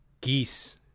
geese